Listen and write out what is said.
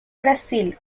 brasil